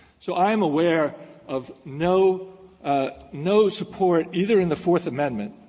so i am aware of no no support, either in the fourth amendment,